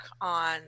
on